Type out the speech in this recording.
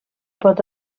pot